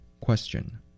Question